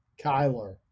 Kyler